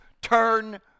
turn